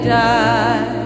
die